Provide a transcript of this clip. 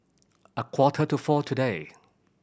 a quarter to four today